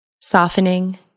softening